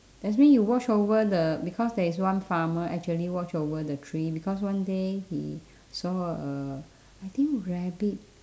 that's mean you watch over the because there is one farmer actually watch over the tree because one day he saw a I think rabbit